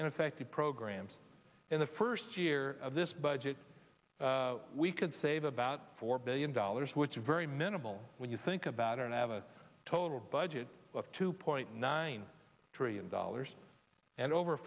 ineffective programs in the first year of this budget we could save about four billion dollars which is very minimal when you think about it and have a total budget of two point nine trillion dollars and over